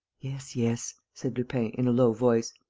yes, yes, said lupin, in a low voice,